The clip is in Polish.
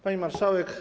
Pani Marszałek!